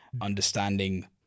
understanding